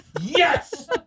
yes